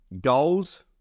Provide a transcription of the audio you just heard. goals